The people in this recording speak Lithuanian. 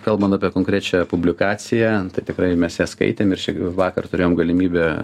kalbant apie konkrečią publikaciją tikrai mes ją skaitėm ir čia vakar turėjom galimybę